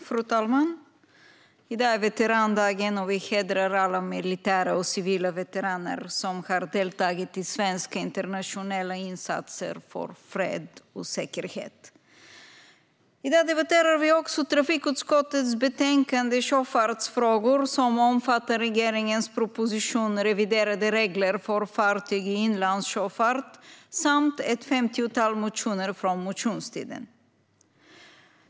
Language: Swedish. Fru talman! I dag är det veterandagen, och vi hedrar alla militära och civila veteraner som har deltagit i svenska internationella insatser för fred och säkerhet. I dag debatterar vi också trafikutskottets betänkande Sjöfartsfrågor , som omfattar regeringens proposition Reviderade regler för fartyg i inlandssjöfart samt ett femtiotal motioner från allmänna motionstiden.